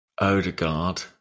Odegaard